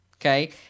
Okay